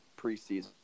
preseason